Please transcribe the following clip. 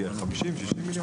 יותר.